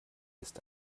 ist